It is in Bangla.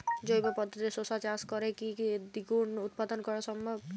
জৈব পদ্ধতিতে শশা চাষ করে কি দ্বিগুণ উৎপাদন করা সম্ভব?